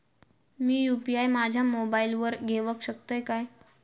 मी UPI माझ्या मोबाईलावर घेवक शकतय काय?